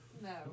No